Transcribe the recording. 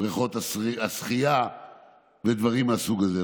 בריכות השחייה ודברים מהסוג הזה.